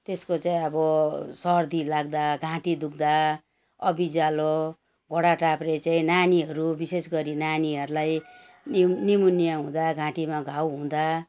त्यसको चाहिँ अब सर्दी लाग्दा घाँटी दुख्दा अभिजालो घोडाटाप्रे चाहिँ नानीहरू विशेष गरी नानीहरूलाई निम निमोनिया हुँदा घाँटीमा घाउ हुँदा